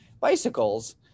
bicycles